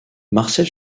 marcel